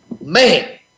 man